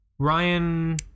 Ryan